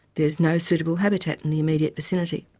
there is no suitable habitat in the immediate vicinity.